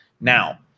Now